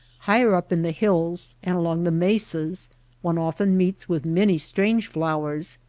higher up in the hills and along the mesas one often meets with many strange flowers,